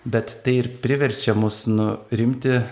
bet tai ir priverčia mus nu rimti